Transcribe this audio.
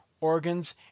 organs